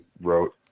wrote